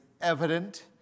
evident